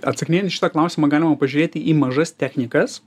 atsakinėjant į šitą klausimą galima pažiūrėti į mažas technikas